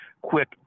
quick